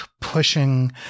pushing